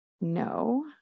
no